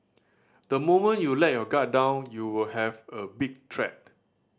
the moment you let your guard down you will have a big threat